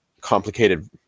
complicated